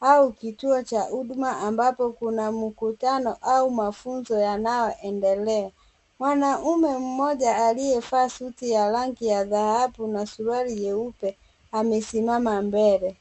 au kituo cha huduma ambapo kuna mkutano au mafunzo yanayoendelea. Mwanamume mmoja aliyevaa suti ya rangi ya dhahabu na suruali nyeupe amesimama mbele.